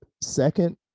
Second